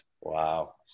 Wow